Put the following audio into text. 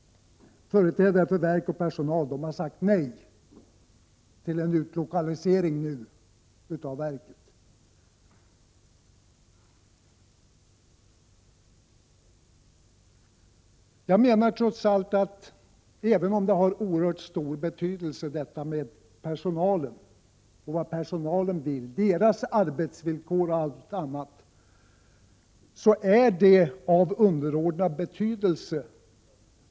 Företrädare för verk och personal har sagt nej till en utlokalisering nu av verket. Även om det har oerhört stor betydelse vad personalen vill, vilka arbetsvillkor den får, osv. är det, menar jag, trots allt av underordnad betydelse.